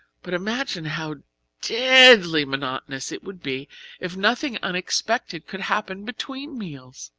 but imagine how deadly monotonous it would be if nothing unexpected could happen between meals.